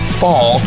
fall